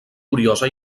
curiosa